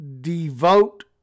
devote